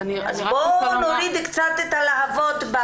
בואו נוריד קצת את הלהבות.